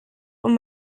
und